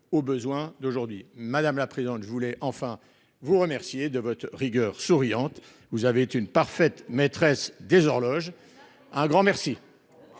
aux besoins d'aujourd'hui madame la présidente, je voulais enfin vous remercier de votre rigueur souriante. Vous avez une parfaite maîtresse des horloges. Un grand merci.